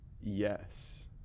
yes